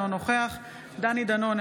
אינו נוכח דני דנון,